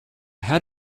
had